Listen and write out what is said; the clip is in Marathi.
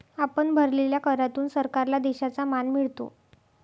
आपण भरलेल्या करातून सरकारला देशाचा मान मिळतो